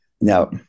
Now